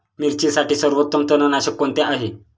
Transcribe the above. मिरचीसाठी सर्वोत्तम तणनाशक कोणते आहे?